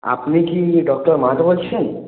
আপনি কি ডক্টর মাহাতো বলছেন